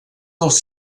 dels